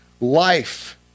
life